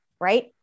right